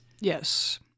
Yes